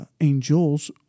angel's